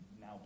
now